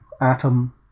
Atom